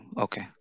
okay